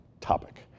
topic